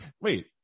Wait